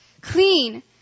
clean